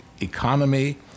economy